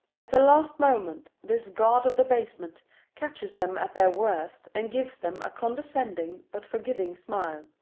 at the last moment this god of the basement catches them at their worst and gives them a condescending but forgiving smile.